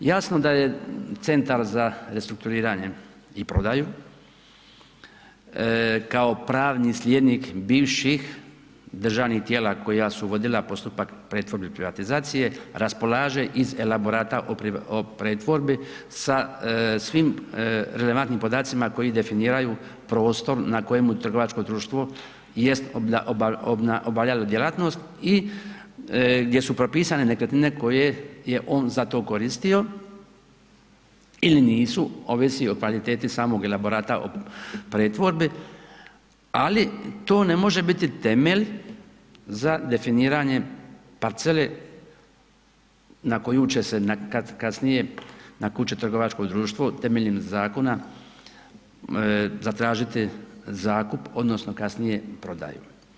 Jasno da je Centar za restrukturiranje i prodaju kao pravni slijednik bivših državnih tijela koja su vodila postupak pretvorbe i privatizacije raspolaže iz elaborata o pretvorbi sa svim relevantnim podacima koji definiraju prostor na kojemu trgovačko društvo jest obavljalo djelatnost i gdje su propisane nekretnine koje je on za to koristio ili nisu, ovisi o kvaliteti samog elaborata o pretvorbi, ali to ne može biti temelj za definiranje parcele na koju će se kasnije, na koju će trgovačko društvo temeljem zakona zatražiti zakup odnosno kasnije prodaju.